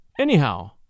Anyhow